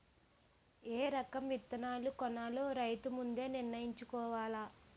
ఏ రకం విత్తనాలు కొనాలో రైతు ముందే నిర్ణయించుకోవాల